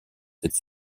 cette